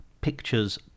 Pictures